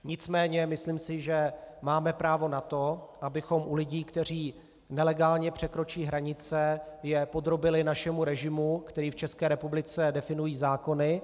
Nicméně myslím si, že máme právo na to, abychom u lidí, kteří nelegálně překročí hranice, je podrobili našemu režimu, který v České republice definují zákony.